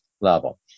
level